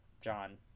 John